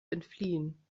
entfliehen